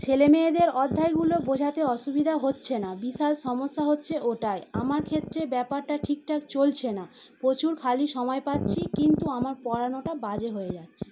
ছেলে মেয়েদের অধ্যায়গুলো বোঝাতে অসুবিধা হচ্ছে না বিশাল সমস্যা হচ্ছে ওটায় আমার ক্ষেত্রে ব্যাপারটা ঠিকঠাক চলছে না প্রচুর খালি সময় পাচ্ছি কিন্তু আমার পড়ানোটা বাজে হয়ে যাচ্ছে